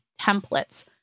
templates